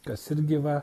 kas irgi va